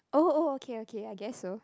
oh oh okay okay I guess so